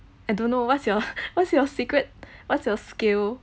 I don't know what's your what's your secret what's your skill